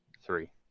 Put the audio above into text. Three